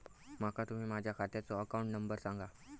माका तुम्ही माझ्या खात्याचो अकाउंट नंबर सांगा?